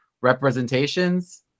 representations